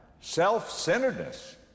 self-centeredness